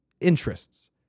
interests